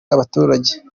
abaturage